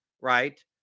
right